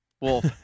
wolf